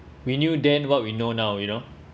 we knew then what we know now you know